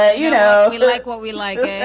ah you know, we like what we like.